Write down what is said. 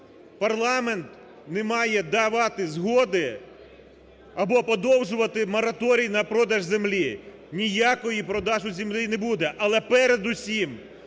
парламент не має давати згоди або подовжувати мораторій на продаж землі! Ніякого продажу землі не буде. Але, передусім,